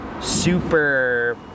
super